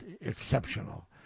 exceptional